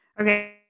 Okay